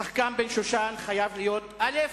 השחקן בן-שושן חייב להיות, א.